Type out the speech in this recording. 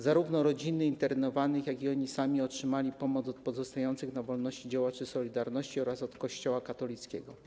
Zarówno rodziny internowanych, jak i oni sami otrzymali pomoc od pozostających na wolności działaczy „Solidarności” oraz od Kościoła katolickiego.